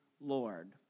Lord